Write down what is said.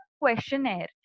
questionnaire